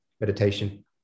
meditation